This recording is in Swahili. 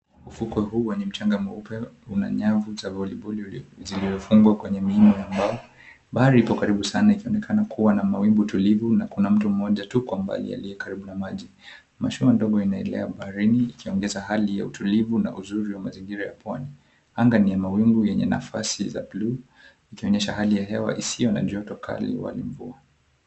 Ufukwe huu wenye mchanga mweupe una nyavu za voliboli zilizofungwa kwenye miini ya mbao. Bahari ipo karibu sana ikionekana kua na mawingu tulivu na kuna mtu mmoja tu kwa mbali aliye karibu na maji. Mashua ndogo inaelea baharini ikiongeza hali ya utulivu na uzuri wa mazingira ya pwani anga ni ya mawingu yenye nafasi za buluu ikionyesha hali ya hewa isiyo na joto kali wala mvua.